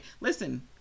Listen